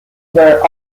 were